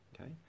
okay